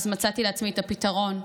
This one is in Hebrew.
אז מצאתי לעצמי את הפתרון,